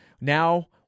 now